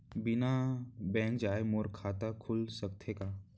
बिना बैंक जाए मोर खाता खुल सकथे का?